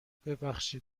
ببخشید